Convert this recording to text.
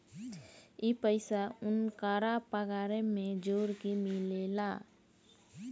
ई पइसा ओन्करा पगारे मे जोड़ के मिलेला